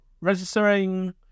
registering